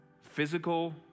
Physical